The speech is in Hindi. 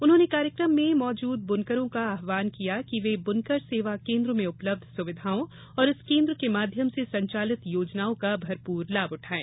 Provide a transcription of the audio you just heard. उन्होंने कार्यक्रम में मौजूद ब्नकरों का आहवान किया कि वे बुनकर सेवा केंद्र में उपलब्ध सुविधाओं और इस केंद्र के माध्यम से संचालित योजनाओं का भरपूर लाभ उठाएँ